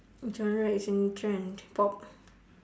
genre is in trend pop